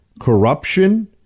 corruption